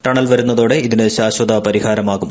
tunnel വരുന്നതോടെ ഇതിന് ശാശ്വത പരിഹാരമാകും